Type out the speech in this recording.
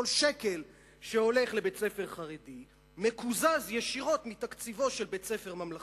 כל שקל שהולך לבית-ספר חרדי מקוזז ישירות מתקציבו של בית-ספר ממלכתי.